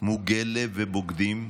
מוגי לב ובוגדים,